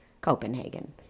Copenhagen